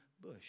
bush